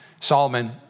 Solomon